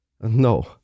No